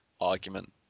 argument